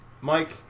Mike